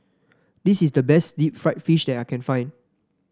this is the best Deep Fried Fish that I can find